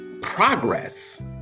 Progress